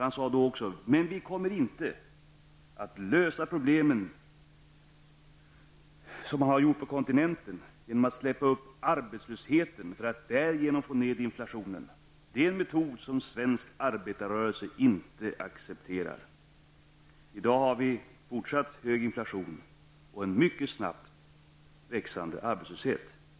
Han sade då att vi inte skulle lösa problemen så som man har gjort på kontinenten, dvs. genom att tillåta arbetslösheten att öka för att därigenom få ned inflationen. Det är en metod som svensk arbetarrörelse inte accepterar, sade Rune Molin. I dag har vi en fortsatt hög inflation och en mycket snabbt växande arbetslöshet.